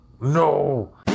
no